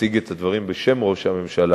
מציג את הדברים בשם ראש הממשלה,